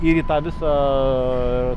ir į tą visą